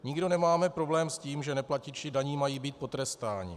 Nikdo nemáme problém s tím, že neplatiči daní mají být potrestáni.